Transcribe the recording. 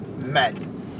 men